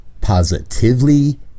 positively